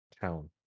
town